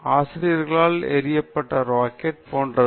ஆசிரியர்களால் எறியப்பட்ட ராக்கெட் போன்றது இது